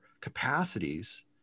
capacities